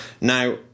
Now